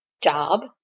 job